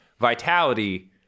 Vitality